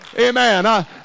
Amen